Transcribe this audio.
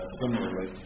similarly